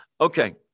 Okay